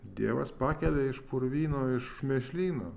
dievas pakelia iš purvyno iš mėšlyno